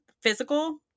physical